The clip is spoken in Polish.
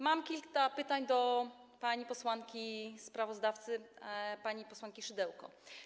Mam kilka pytań do pani posłanki sprawozdawcy, pani posłanki Szydełko.